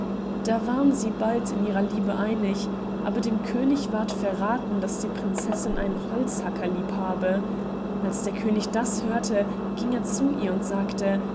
da waren sie bald in ihrer liebe einig aber dem könig ward verrathen daß die prinzessin einen holzhacker lieb habe als der könig das hörte ging er zu ihr und sagte